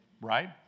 Right